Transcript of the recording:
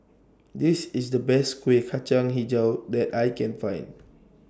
This IS The Best Kueh Kacang Hijau that I Can Find